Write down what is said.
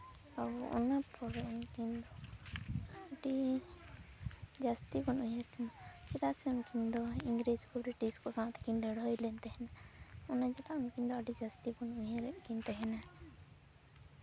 ᱚᱱᱟ ᱯᱚᱨᱮ ᱩᱱᱠᱤᱱ ᱫᱚ ᱟᱹᱰᱤ ᱡᱟᱹᱥᱛᱤ ᱵᱚᱱ ᱩᱭᱦᱟᱹᱨ ᱠᱤᱱᱟ ᱪᱮᱫᱟᱜ ᱥᱮ ᱩᱱᱠᱤᱱ ᱫᱚ ᱤᱝᱨᱮᱡᱽ ᱠᱚ ᱵᱨᱤᱴᱤᱥ ᱠᱚ ᱥᱟᱶ ᱛᱮᱠᱤᱱ ᱞᱟᱹᱲᱦᱟᱹᱭ ᱞᱮᱱ ᱛᱟᱦᱮᱱᱟ ᱚᱱᱟ ᱪᱤᱠᱟ ᱩᱱᱠᱤᱱ ᱫᱚ ᱟᱹᱰᱤ ᱡᱟᱹᱥᱛᱤ ᱵᱚᱱ ᱩᱭᱦᱟᱹᱨᱮᱜ ᱠᱤᱱ ᱛᱟᱦᱮᱱᱟ